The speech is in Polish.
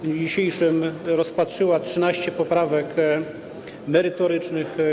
W dniu dzisiejszym rozpatrzyła 13 poprawek merytorycznych.